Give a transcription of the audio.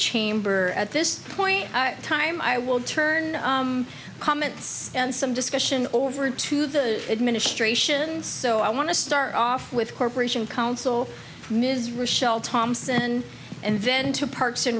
chamber at this point in time i will turn comments and some discussion over to the administration so i want to start off with corporation counsel ms rachelle thompson and then to parks